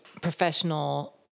professional